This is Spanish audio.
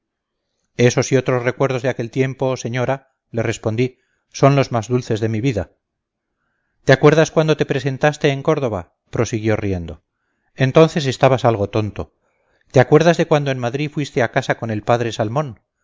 esos y otros recuerdos de aquel tiempo señora le respondí son los más dulces de mi vida te acuerdas cuando te presentaste en córdoba prosiguió riendo entonces estabas algo tonto te acuerdas de cuando en madrid fuiste a casa con el padre salmón